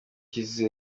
cy’isi